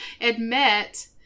admit